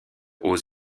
aux